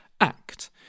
ACT